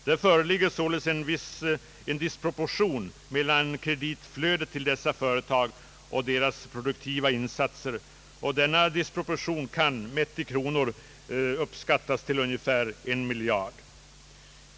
Det föreligger således en disproportion mellan kreditflödet till dessa företag och deras produktiva insatser. Denna disproportion kan i kronor uppskattas till ungefär en miljard.